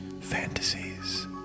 fantasies